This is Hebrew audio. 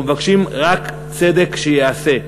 אלא רק צדק שייעשה.